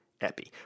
epi